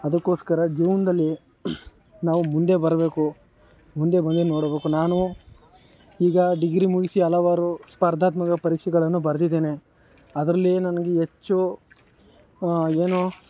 ಅದಕ್ಕೋಸ್ಕರ ಜೀವನದಲ್ಲಿ ನಾವು ಮುಂದೆ ಬರೇಕು ಮುಂದೆ ಬಂದೆ ನೋಡಬೇಕು ನಾನೂ ಈಗ ಡಿಗ್ರಿ ಮುಗಿಸಿ ಹಲವಾರು ಸ್ಪರ್ಧಾತ್ಮಕ ಪರೀಕ್ಷೆಗಳನ್ನು ಬರೆದಿದ್ದೇನೆ ಅದರಲ್ಲಿ ನನಗೆ ಹೆಚ್ಚು ಏನು